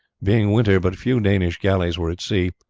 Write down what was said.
being winter, but few danish galleys were at sea,